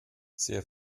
sehr